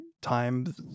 time